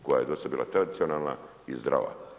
Koja je do sada bila tradicionalna i zdrava.